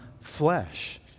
flesh